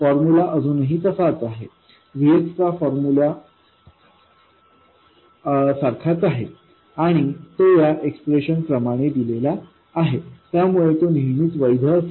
formula अजूनही तसाच Vxचा फॉर्मुल्या सारखाच आहे आणि तो या एक्सप्रेशन प्रमाणे दिलेला आहे त्यामुळे तो नेहमीच वैध असेल